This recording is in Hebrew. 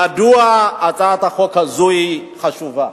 מדוע הצעת החוק הזו חשובה.